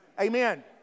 Amen